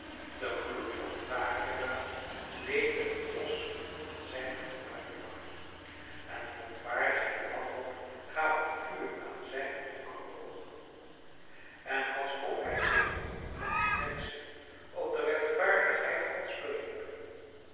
de gloed van den dageraad leende een blos aan zijne gebruinde wangen en verontwaardiging en wanhoop gaven vuur aan zijne donkere oogen en alsof hij zich van de menschen op de rechtvaardigheid gods beriep